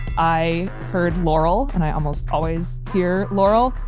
i heard laurel, and i almost always hear laurel.